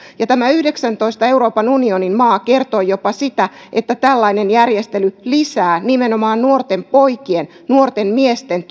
yhdeksäntoista euroopan unionin maan tutkimus kertoi jopa sitä että tällainen järjestely lisää nimenomaan nuorten poikien nuorten miesten